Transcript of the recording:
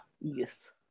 yes